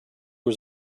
was